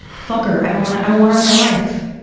fuck her. i don't want don't want her in my life.